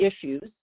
issues